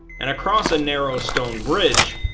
and across a narrow stone bridge,